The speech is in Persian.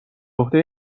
عهده